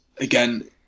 again